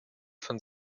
von